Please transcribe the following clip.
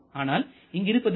ஆனால் இங்கு இருப்பது என்ன